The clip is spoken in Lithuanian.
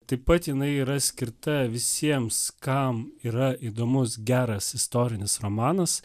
taip pat jinai yra skirta visiems kam yra įdomus geras istorinis romanas